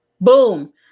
boom